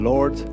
Lord